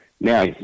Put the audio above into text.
Now